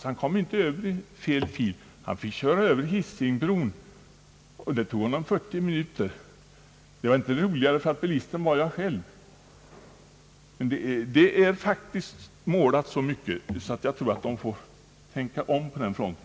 Bilisten kom inte över i rätt fil utan fick köra över Hisingsbron. Det tog 40 minuter. Det var inte roligare för att bilisten var jag själv. Det finns faktiskt vitmålade markeringar i sådant överflöd, att jag tror myndigheterna måste tänka om på den punkten.